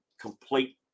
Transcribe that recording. complete